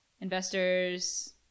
investors